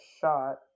shot